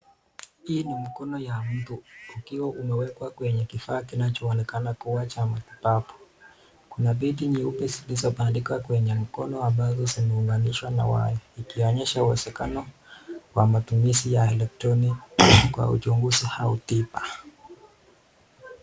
Hii ni mkono ya mtu ukiwa umewekwa kwenye kifaa kinacho onekana kuwa cha matibabu, kuna bendi nyeupe zilizo bandikwa kwenye mkono ambazo zimeunganishwa na waya ikionyesha uwezekano wa matumizi ya elektroniki kwa uchunguzi ama tiba.